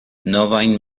novajn